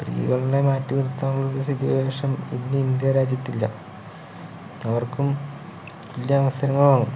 സ്ത്രീകൾനെ മാറ്റി നിർത്താനുള്ളൊരു സ്ഥിതി വിശേഷം ഇന്ന് ഇന്ത്യ രാജ്യത്തില്ല അവർക്കും തുല്യ അവസരങ്ങളാണ്